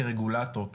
כרגולטור,